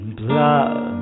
blood